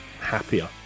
happier